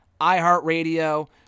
iHeartRadio